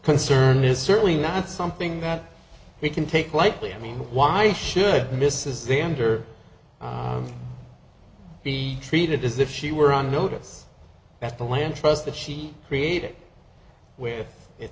concern is certainly not something that we can take lightly i mean why should mrs vander be treated as if she were on notice that the land trust that she created where it